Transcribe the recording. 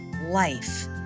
life